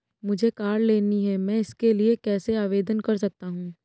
मुझे कार लेनी है मैं इसके लिए कैसे आवेदन कर सकता हूँ?